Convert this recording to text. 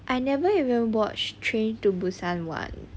I never even watch train to busan one